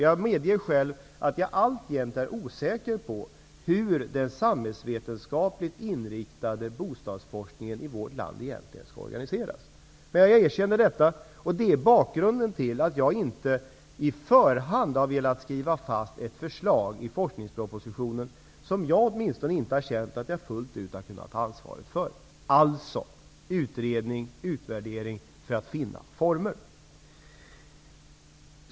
Jag medger själv att jag alltjämt är osäker på hur den samhällsvetenskapligt inriktade bostadsforskningen i vårt land egentligen skall organiseras. Men jag erkänner detta, och det är bakgrunden till att jag inte i förhand har velat skriva fast ett förslag i forskningspropositionen som jag inte har känt att jag fullt ut har kunnat ta ansvaret för. Alltså får man utreda och utvärdera för att finna former.